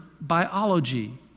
biology